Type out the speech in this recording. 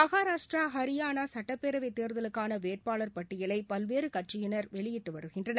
மகாராஷ்டிரா ஹரியானா சட்டப்பேரவை தேர்தலுக்கான வேட்பாளர் பட்டியலை பல்வேறு கட்சியினர் வெளியிட்டு வருகின்றனர்